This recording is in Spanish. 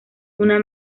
una